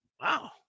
Wow